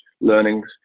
learnings